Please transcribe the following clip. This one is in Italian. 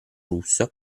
russo